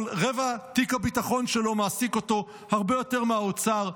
אבל רבע תיק הביטחון שלו מעסיק אותו הרבה יותר מהאוצר.